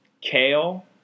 kale